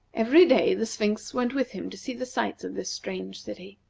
every day the sphinx went with him to see the sights of this strange city.